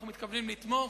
אנחנו מתכוונים לתמוך.